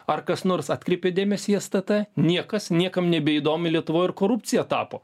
ar kas nors atkreipė dėmesį į stt niekas niekam nebeįdomi lietuvoj ir korupcija tapo